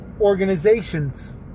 organizations